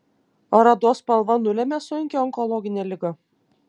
ar odos spalva nulemia sunkią onkologinę ligą